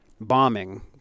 bombing